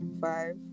five